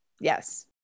yes